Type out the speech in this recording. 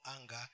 anger